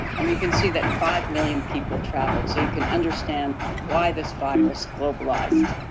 and you can see that five million people traveled, so you can understand why this virus globalized.